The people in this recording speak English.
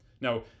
Now